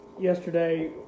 yesterday